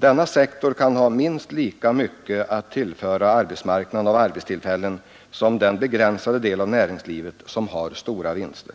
Denna sektor kan ha minst lika mycket att tillföra arbetsmarknaden av arbetstillfällen som den begränsade del av näringslivet som har stora vinster.